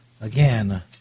again